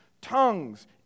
tongues